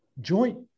joint